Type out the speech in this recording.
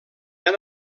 han